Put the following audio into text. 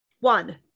One